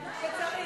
כשצריך.